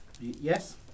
Yes